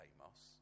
Amos